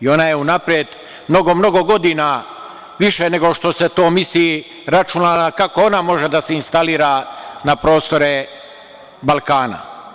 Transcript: Ona je unapred mnogo godina više nego što se to misli, računala kako ona može da se instalira na prostore Balkana.